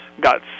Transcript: got